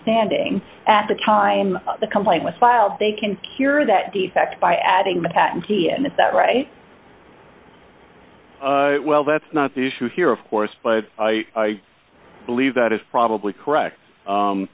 standing at the time the complaint was filed they can cure that defect by adding the patentee and that right well that's not the issue here of course but i believe that is probably correct